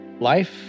life